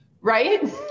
Right